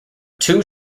two